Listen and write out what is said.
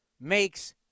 makes